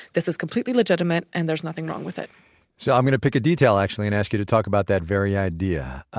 this is completely legitimate and there's nothing wrong with it so i'm going to pick a detail actually and ask you to talk about that very idea.